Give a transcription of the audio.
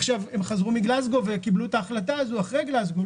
עכשיו הם חזרו מגלזגו וקיבלו את ההחלטה הזאת אחרי גלזגו,